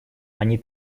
они